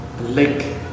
lake